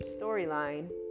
storyline